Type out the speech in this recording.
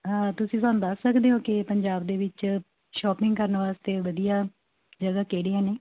ਹਾਂ ਤੁਸੀਂ ਸਾਨੂੰ ਦੱਸ ਸਕਦੋ ਹੋ ਕਿ ਪੰਜਾਬ ਦੇ ਵਿੱਚ ਸ਼ੌਪਿੰਗ ਕਰਨ ਵਾਸਤੇ ਵਧੀਆ ਜਗ੍ਹਾ ਕਿਹੜੀਆਂ ਨੇ